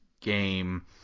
game